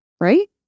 right